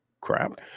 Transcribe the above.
crap